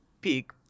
peak